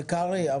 קרעי,